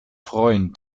freuen